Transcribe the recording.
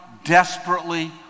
Desperately